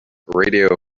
radio